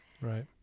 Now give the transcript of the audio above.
Right